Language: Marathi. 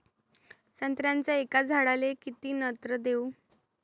संत्र्याच्या एका झाडाले किती नत्र देऊ?